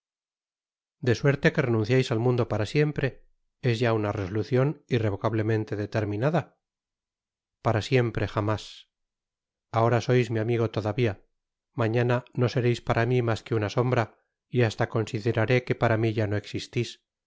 de suerte que renunciais al mundo para siempre es ya una resolucion irrevocablemente determinada i para siempre jamás ahora sois mi amigo todavia mañana no sereis para mi mas que una sombra y hasta consideraré que para mi ya no existis